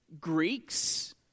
Greeks